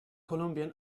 colombian